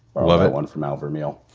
ah that one from al vermille.